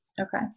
Okay